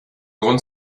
grund